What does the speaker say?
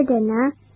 dinner